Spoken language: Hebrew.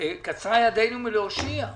וקצרה ידנו מלהושיע.